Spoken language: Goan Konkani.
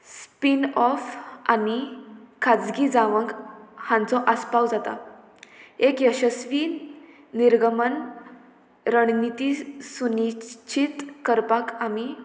स्पीन ऑफ आनी खाजगी जावंक हांचो आस्पाव जाता एक यशस्वी निर्गमन रणनीती सुनिचीत करपाक आमी